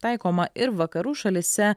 taikoma ir vakarų šalyse